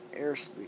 airspeed